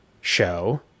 show